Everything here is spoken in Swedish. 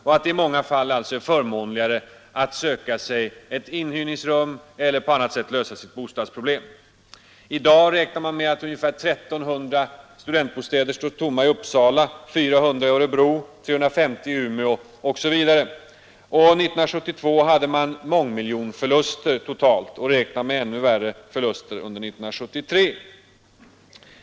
I många fall är det förmånligare att söka sig ett inhyrningsrum eller på annat sätt lösa sitt bostadsproblem. I dag räknar man med att ungefär 1 300 studentbostäder står tomma i Uppsala, 400 i Örebro, 350 i Umeå osv. 1972 hade man mångmiljonförluster totalt sett, och man räknar med ännu större förluster under 1973.